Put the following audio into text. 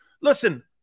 Listen